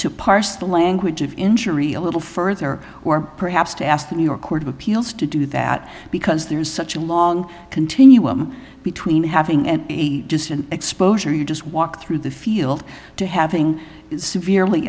to parse the language of injury a little further or perhaps to ask the new york court of appeals to do that because there is such a long continuum between having and just an exposure you just walk through the field to having severely